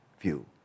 view